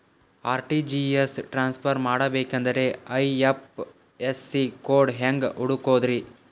RTGS transfer ಮಾಡಬೇಕೆಂದರೆ IFSC code ಹೆಂಗ್ ಹುಡುಕೋದ್ರಿ?